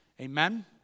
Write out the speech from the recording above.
Amen